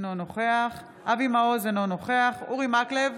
אינו נוכח אבי מעוז, אינו נוכח אורי מקלב,